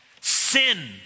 Sin